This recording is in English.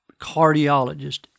cardiologist